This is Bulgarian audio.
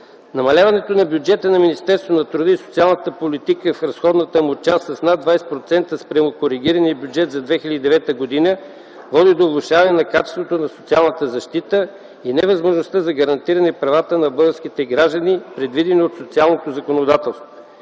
Намаляването на бюджета на Министерството на труда и социалната политика в разходната му част с над 20% спрямо коригирания бюджет за 2009 г. води до влошаване на качеството на социалната защита и невъзможността за гарантиране правата на българските граждани, предвидени от социалното законодателство.